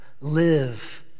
live